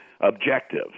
objective